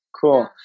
Cool